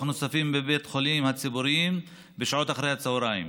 נוספים בבתי החולים הציבוריים בשעות אחר הצוהריים